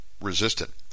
resistant